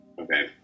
Okay